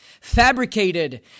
fabricated